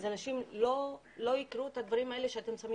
כך שאנשים לא יכולים לקרוא את הדברים האלה שם.